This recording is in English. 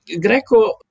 Greco